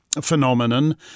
phenomenon